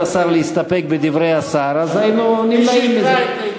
השר להסתפק בדבריו היינו נמנעים מזה.